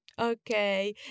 Okay